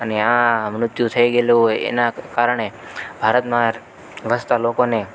અને આ મૃત્યુ થઈ ગએલું એનાં કારણે ભારતમાં વસતા લોકોને